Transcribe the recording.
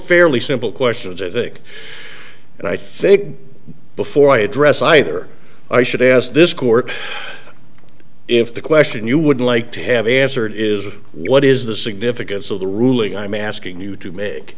fairly simple questions i think and i think before i address either i should ask this court if the question you would like to have answered is what is the significance of the ruling i'm asking you to make